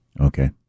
Okay